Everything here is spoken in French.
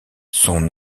son